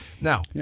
Now